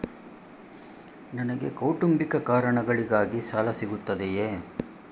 ನನಗೆ ಕೌಟುಂಬಿಕ ಕಾರಣಗಳಿಗಾಗಿ ಸಾಲ ಸಿಗುತ್ತದೆಯೇ?